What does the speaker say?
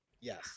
Yes